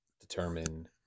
determine